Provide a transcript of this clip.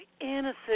innocent